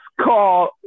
call